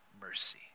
mercy